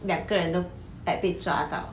两个人都 like 被抓到